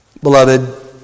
beloved